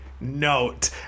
note